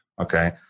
Okay